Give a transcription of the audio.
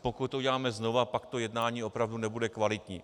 Pokud to uděláme znova, pak to jednání opravdu nebude kvalitní.